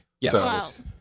Yes